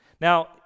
Now